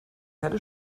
einen